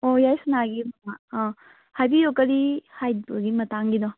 ꯑꯣ ꯌꯥꯏꯁꯅꯥꯒꯤ ꯃꯃꯥ ꯑꯥ ꯍꯥꯏꯕꯤꯎ ꯀꯔꯤ ꯍꯥꯏꯗꯧꯕꯒꯤ ꯃꯇꯥꯡꯒꯤꯅꯣ